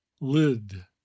lid